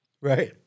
Right